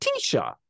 Tisha